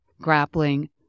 grappling